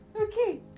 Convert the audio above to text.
Okay